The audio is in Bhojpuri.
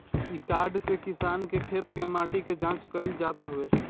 इ कार्ड से किसान के खेत के माटी के जाँच कईल जात हवे